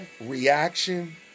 reaction